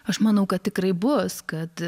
aš manau kad tikrai bus kad